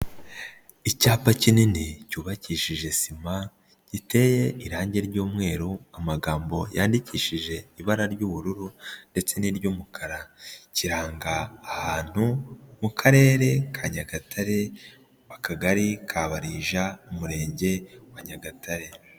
Icyapa kinini cyubakishije sima, giteye irange ry'umweru amagambo yandikishije ibara ry'ubururu ndetse n'iry'umukara, kiranga ahantu mu Karere ka Nyagatare Akagari ka Karija Umurenge wa Nyagatare.